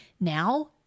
now